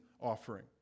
offering